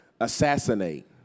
Assassinate